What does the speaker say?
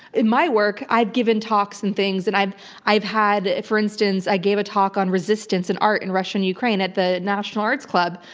in my work, i've given talks and things and i've i've had, for instance, i gave a talk on resistance in art in russia and ukraine at the national arts club.